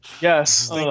Yes